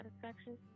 satisfaction